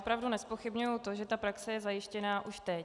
Opravdu nezpochybňuji to, že praxe je zajištěná už teď.